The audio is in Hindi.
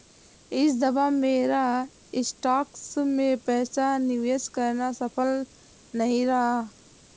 इस दफा मेरा स्टॉक्स में पैसा निवेश करना सफल नहीं रहा